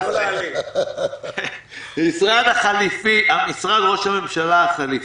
משרד ראש הממשלה החליפי,